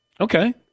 Okay